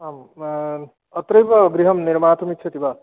आम् अत्रैव गृहं निर्मातुम् इच्छति वा